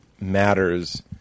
matters